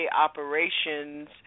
operations